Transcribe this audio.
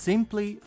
Simply